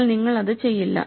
എന്നാൽ നിങ്ങൾ അത് ചെയ്യില്ല